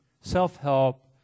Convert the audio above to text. self-help